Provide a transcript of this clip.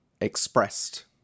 expressed